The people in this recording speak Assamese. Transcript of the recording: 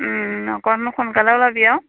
অকণ সোনকালে ওলাবি আৰু